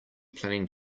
planning